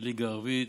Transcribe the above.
מהליגה הערבית,